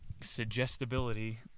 suggestibility